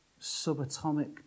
subatomic